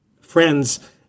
friends